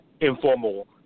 informal